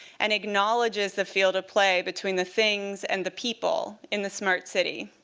and acknowledges the field of play between the things and the people in the smart city.